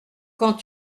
quand